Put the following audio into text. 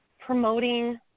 promoting